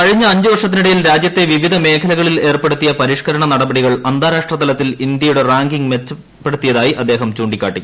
കഴിഞ്ഞ അഞ്ചു വർഷത്തിനിടയിൽ രാജ്യത്തെ വിവിധ മേഖലകളിൽ ഏർപ്പെടുത്തിയ പരിഷ്ക്കരണ നടപടികൾ അന്താരാഷ്ട്രതലത്തിൽ ഇന്ത്യയുടെ റാങ്കിംഗ് മികച്ചതാക്കിയതായി അദ്ദേഹം ചൂണ്ടിക്കാട്ടി